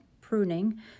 pruning